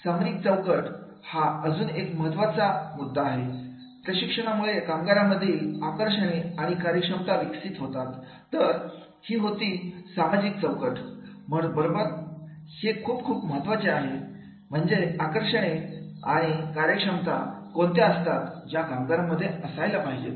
सामरिक चौकट हा अजून एक महत्त्वाचा मुद्दा आहे प्रशिक्षणामुळे कामगारांमधील आकर्षणे आणि कार्यक्षमता विकसित होतात तर ही होती सामाजिक चौकट बरोबर हे खूप खूप महत्त्वाचे आहे माही आकर्षणे आणि कार्यक्षमता कोणत्या असतात ज्या कामगारांमध्ये असायला पाहिजे